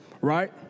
Right